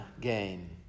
gain